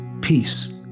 peace